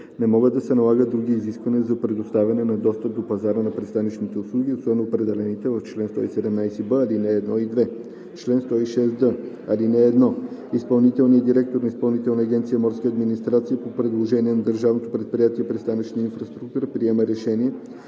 не могат да се налагат други изисквания за предоставяне на достъп до пазара на пристанищна услуга, освен определените в чл. 117б, ал. 1 и 2. Чл. 106д. (1) Изпълнителният директор на Изпълнителна агенция „Морска администрация“ по предложение на Държавно предприятие „Пристанищна инфраструктура“ приема решение